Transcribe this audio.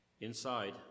Inside